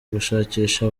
gushakisha